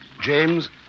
James